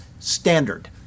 standard